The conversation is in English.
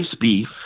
beef